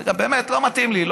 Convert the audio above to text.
באמת, לא מתאים לי.